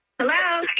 Hello